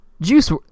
Juice